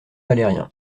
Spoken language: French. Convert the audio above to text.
valérien